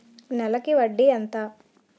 నెలకి వడ్డీ ఎంత?